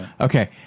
okay